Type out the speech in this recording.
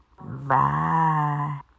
Bye